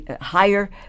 higher